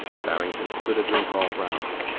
farrington stood a drink all round.